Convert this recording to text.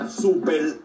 súper